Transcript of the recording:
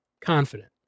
confident